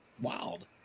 Wild